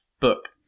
book